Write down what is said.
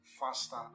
faster